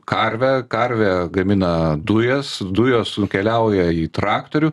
karvę karvė gamina dujas dujos nukeliauja į traktorių